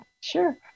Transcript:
sure